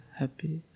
happy